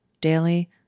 daily